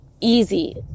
easy